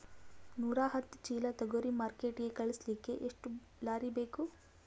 ನೂರಾಹತ್ತ ಚೀಲಾ ತೊಗರಿ ಮಾರ್ಕಿಟಿಗ ಕಳಸಲಿಕ್ಕಿ ಎಷ್ಟ ಲಾರಿ ಬೇಕು?